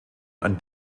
ein